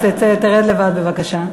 אז תרד לבד בבקשה.